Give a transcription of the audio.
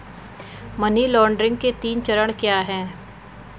Money laundering के तीन चरण क्या हैं?